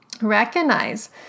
recognize